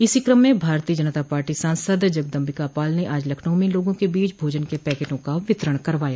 इसी क्रम में भारतीय जनता पार्टी सांसद जगदम्बिका पाल ने आज लखनऊ में लोगों के बीच भोजन के पैकटों का वितरण करवाया